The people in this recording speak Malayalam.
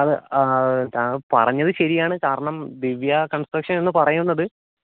അതെ ആ പറഞ്ഞത് ശരിയാണ് കാണം ദിവ്യാ കൺസ്രക്ഷൻ എന്ന് പറയുന്നത്